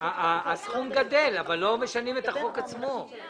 הסכום גדל, אבל לא משנים את החוק עצמו.